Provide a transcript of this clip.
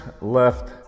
Left